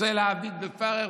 רוצה להעביד בפרך,